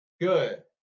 Good